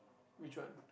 which one